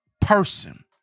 person